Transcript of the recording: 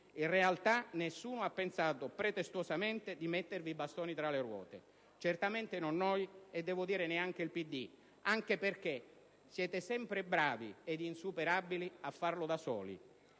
In realtà, nessuno ha pensato pretestuosamente di mettervi i bastoni tra le ruote; certamente non noi e devo dire neanche il PD, anche perché siete sempre bravi ed insuperabili a farlo da soli.